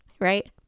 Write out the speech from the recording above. right